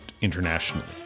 internationally